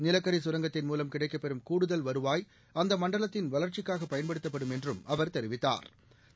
நிலக்கரி கரங்கத்தின் மூலம் கிடைக்கப்பெறும் கூடுதல் வருவாய் அந்த மணடலத்தின் வளா்ச்சிக்காக பயன்படுத்தப்படும் என்றும் அவர் தெரிவித்தாா்